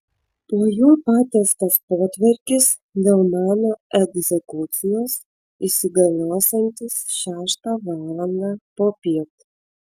po juo patiestas potvarkis dėl mano egzekucijos įsigaliosiantis šeštą valandą popiet